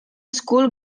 school